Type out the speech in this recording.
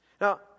Now